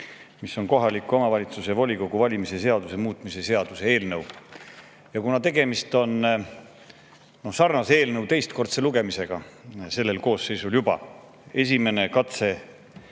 387, kohaliku omavalitsuse volikogu valimise seaduse muutmise seaduse eelnõu. Kuna tegemist on sarnase eelnõu juba teistkordse lugemisega selles koosseisus – esimene katse